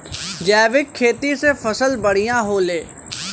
जैविक खेती से फसल बढ़िया होले